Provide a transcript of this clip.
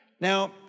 Now